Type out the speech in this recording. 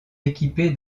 équipée